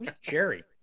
Jerry